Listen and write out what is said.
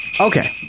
Okay